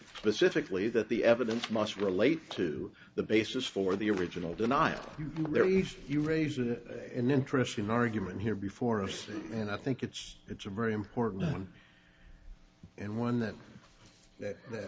specifically that the evidence must relate to the basis for the original denial there is you raise an interesting argument here before us and i think it's it's a very important one and one that that